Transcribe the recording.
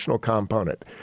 component